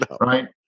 Right